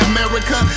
America